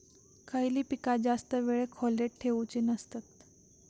खयली पीका जास्त वेळ खोल्येत ठेवूचे नसतत?